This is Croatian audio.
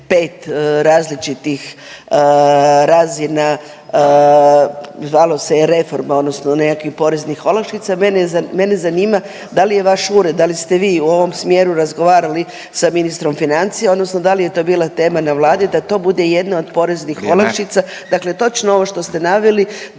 5 različitih razina zvalo se je reforma odnosno nekakvih poreznih olakšica mene zanima da li je vaš ured, da li ste vi u ovom smjeru razgovarali sa ministrom financija odnosno da li je to bila tema na Vladi da to bude jedna od poreznih olakšica? …/Upadica Furio Radin: